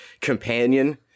companion